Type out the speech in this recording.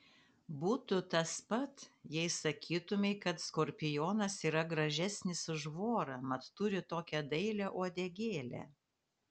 būtų tas pat jei sakytumei kad skorpionas yra gražesnis už vorą mat turi tokią dailią uodegėlę